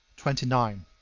twenty nine.